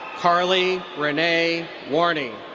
karleigh renee warne.